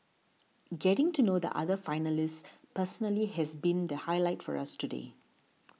getting to know the other finalists personally has been the highlight for us today